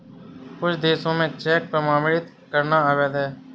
कुछ देशों में चेक प्रमाणित करना अवैध है